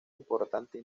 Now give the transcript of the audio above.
importante